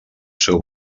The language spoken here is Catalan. seu